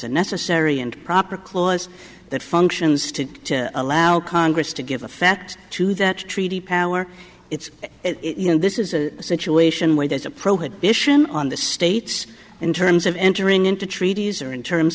a necessary and proper clause that functions to allow congress to give effect to that treaty power it's you know this is a situation where there's a pro had ition on the states in terms of entering into treaties in terms